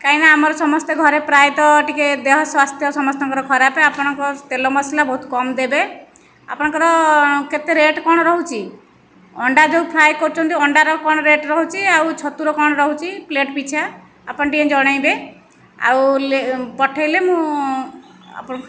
କାହିଁକିନା ଆମର ସମସ୍ତେ ଘରେ ପ୍ରାୟ ତ ଟିକିଏ ଦେହ ସ୍ଵାସ୍ଥ୍ୟ ସମସ୍ତଙ୍କର ଖରାପ ଆପଣ ତେଲ ମସଲା ବହୁତ କମ୍ ଦେବେ ଆପଣଙ୍କର କେତେ ରେଟ କଣ ରହୁଛି ଅଣ୍ଡା ଯେଉଁ ଫ୍ରାଏ କରୁଛନ୍ତି ଅଣ୍ଡାର କଣ ରେଟ ରହୁଛି ଆଉ ଛତୁର କ'ଣ ରହୁଛି ପ୍ଲେଟ ପିଛା ଆପଣ ଟିକିଏ ଜଣେଇବେ ଆଉ ପଠେଇଲେ ମୁ ଆପଣ